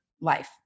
life